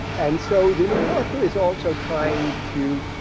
and so the new yorker is also trying to,